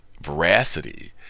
veracity